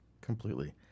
Completely